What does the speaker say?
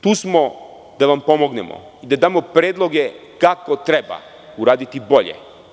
Tu smo da vam pomognemo i da damo predloge kako treba uraditi bolje.